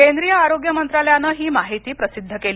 केंद्रीय आरोग्य मंत्रालयानं ही माहिती प्रसिद्ध केली